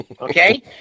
okay